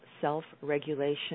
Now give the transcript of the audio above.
Self-Regulation